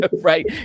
right